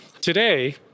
Today